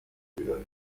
birori